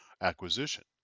acquisition